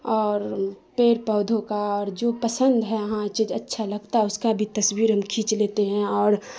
اور پیڑ پودھوں کا اور جو پسند ہے ہاں جو اچھا لگتا ہے اس کا بھی تصویر ہم کھینچ لیتے ہیں اور